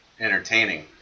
entertaining